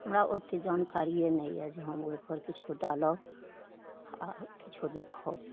हमरा ओतेक जानकारिए नहि यऽ जे हम ओहिपर किछु डालब आओर किछु देखब